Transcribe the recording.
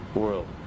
world